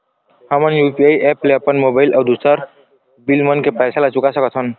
हमन UPI app ले अपन मोबाइल अऊ दूसर बिल मन के पैसा ला चुका सकथन